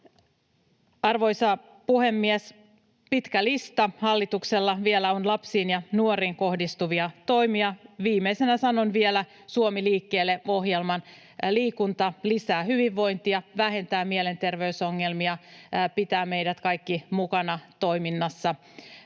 Arvoisa puhemies! Pitkä lista hallituksella vielä on lapsiin ja nuoriin kohdistuvia toimia. Viimeisenä sanon vielä Suomi liikkeelle -ohjelman. Liikunta lisää hyvinvointia, vähentää mielenterveysongelmia, pitää meidät kaikki mukana toiminnassa.